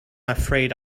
afraid